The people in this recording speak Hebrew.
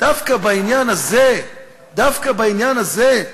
דווקא בעניין הזה, דווקא בעניין הזה,